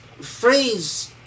phrase